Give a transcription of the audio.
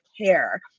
care